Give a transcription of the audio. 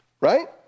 right